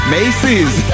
Macy's